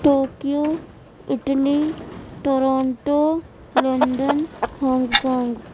Tokyo Italy Toronto London Hong Kong